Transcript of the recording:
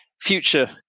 future